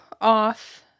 off